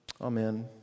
Amen